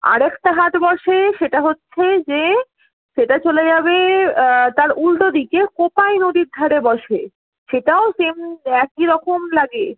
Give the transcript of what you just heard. আরেকটা হাট বসে সেটা হচ্ছে যে সেটা চলে যাবে তার উলটো দিকে কোপাই নদীর ধারে বসে সেটাও সেম একই রকম লাগে